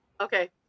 okay